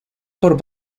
por